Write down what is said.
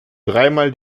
dreimal